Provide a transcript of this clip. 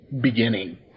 beginning